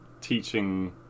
teaching